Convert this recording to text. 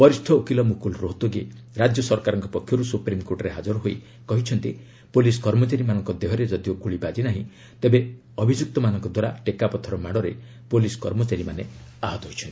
ବରିଷ୍ଣ ଓକିଲ ମୁକୁଲ ରୋହତଗି ରାଜ୍ୟ ସରକାରଙ୍କ ପକ୍ଷରୁ ସୁପ୍ରିମକୋର୍ଟରେ ହାଜର ହୋଇ କହିଛନ୍ତି ପୁଲିସ କର୍ମଚାରୀମାନଙ୍କ ଦେହରେ ଯଦିଓ ଗୁଳି ବାଜିନାହିଁ ତେବେ ଭିଯୁକ୍ତମାନଙ୍କ ଦ୍ୱାରା ଟେକାପଥର ମାଡ଼ରେ ପୁଲିସ କର୍ମଚାରୀମାନେ ଆହତ ହୋଇଛନ୍ତି